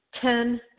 Ten